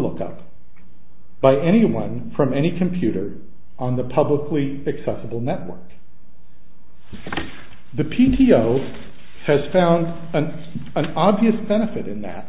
looked up by anyone from any computer on the publicly accessible network the p t o has found an obvious benefit in that